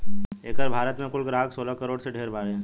एकर भारत मे कुल ग्राहक सोलह करोड़ से ढेर बारे